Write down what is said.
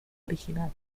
original